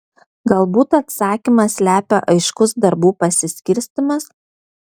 galbūt atsakymą slepia aiškus darbų pasiskirstymas